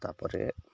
ତା'ପରେ